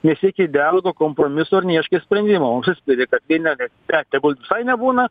nesieki idealo to kompromiso ir neieškai sprendimo o užsispiri kad viena na tegul visai nebūna